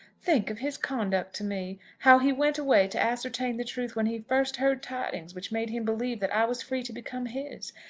think of his conduct to me! how he went away to ascertain the truth when he first heard tidings which made him believe that i was free to become his!